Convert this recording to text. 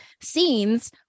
scenes